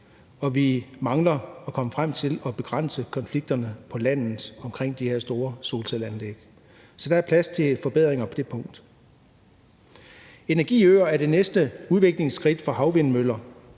og vi mangler at komme frem til at begrænse konflikterne på landet omkring de her store solcelleanlæg. Så der er plads til forbedringer på det punkt. Energiøer er det næste udviklingsskridt for havvindmøller.